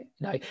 No